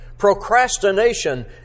procrastination